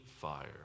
fire